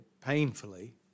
painfully